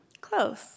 Close